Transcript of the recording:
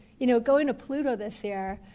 you know, going to pluto this year.